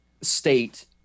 state